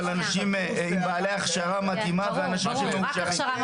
אבל אנשים בעלי הכשרה מתאימה ואנשים שמאושרים.